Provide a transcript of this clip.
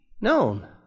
known